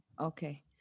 Okay